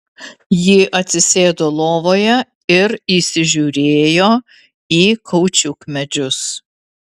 ji atsisėdo lovoje ir įsižiūrėjo į kaučiukmedžius